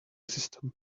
system